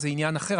זה עניין אחר,